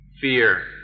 fear